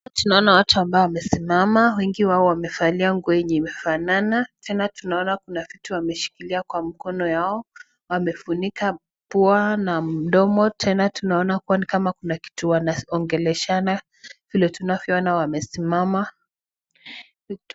Hapa tunaona watu ambao wamesimama, wengi wao wamevalia nguo yenye imefanana, tena tunaona kuna vitu wameshikilia kwa mkono yao, wamefunika pua na mdomo tena tunaona kuwa ni kama kuna kitu wanongeleshana vile tunavyoona wamesimama.